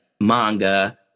manga